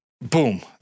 boom